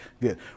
good